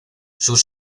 sus